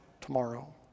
tomorrow